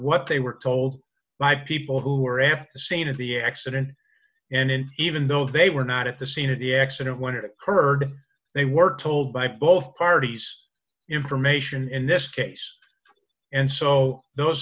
what they were told by people who are at the scene of the accident and even though they were not at the scene of the accident when it occurred they were told by post parties the information in this case and so those